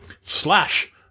slash